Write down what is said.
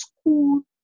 school